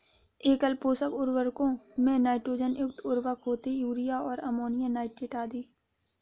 एकल पोषक उर्वरकों में नाइट्रोजन युक्त उर्वरक होते है, यूरिया और अमोनियम नाइट्रेट आदि